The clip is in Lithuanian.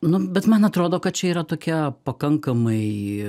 nu bet man atrodo kad čia yra tokia pakankamai